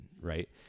right